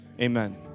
amen